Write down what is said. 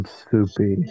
soupy